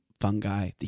fungi